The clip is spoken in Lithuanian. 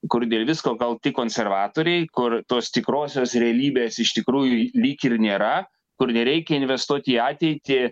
kur dėl visko kalti konservatoriai kur tos tikrosios realybės iš tikrųjų lyg ir nėra kur nereikia investuot į ateitį